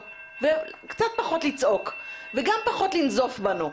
וקצת פחות לצעוק וגם פחות לנזוף בנו.